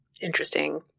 interesting